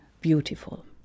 beautiful